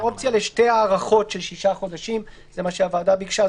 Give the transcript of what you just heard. עם אופציה לשתי הארכות של שישה חודשים זה מה שהוועדה ביקשה,